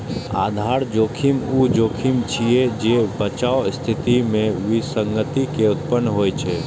आधार जोखिम ऊ जोखिम छियै, जे बचावक स्थिति मे विसंगति के उत्पन्न होइ छै